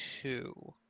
two